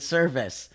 Service